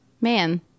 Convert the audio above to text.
Man